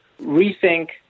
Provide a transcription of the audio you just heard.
rethink